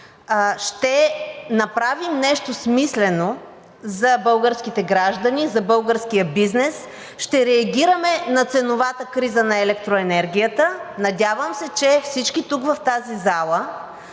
ще направим нещо смислено за българските граждани, за българския бизнес, ще реагираме на ценовата криза на електроенергията. Надявам се, че всички тук в тази зала